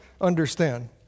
understand